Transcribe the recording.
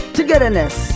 Togetherness